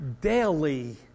daily